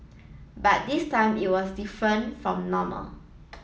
but this time it was different from normal